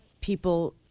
people